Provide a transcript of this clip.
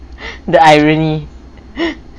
the irony